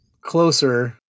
closer